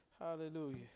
hallelujah